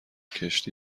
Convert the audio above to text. کشتی